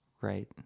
right